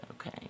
Okay